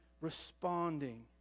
responding